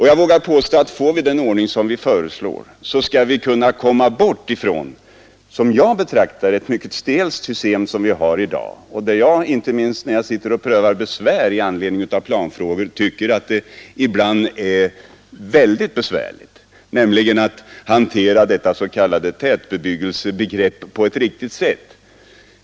Jag vågar påstå att får vi den ordning vi 59 föreslår, så skall vi kunna komma bort från ett, som jag betraktar det, mycket stelt system som vi har i dag. Det är ibland — det tycker jag inte minst när jag prövar besvär med anledning av planfrågor — mycket svårt att hantera det s.k. tätbebyggelsebegreppet på ett riktigt sätt.